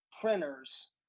printers